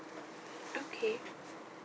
okay